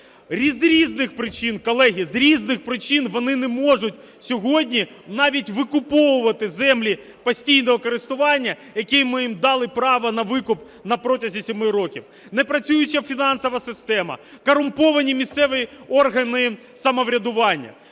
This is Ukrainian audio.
з різних причин вони не можуть сьогодні навіть викуповувати землі постійного користування, які ми їм дали право на викуп, протягом семи років, не працююча фінансова система, корумповані місцеві органи самоврядування.